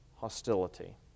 hostility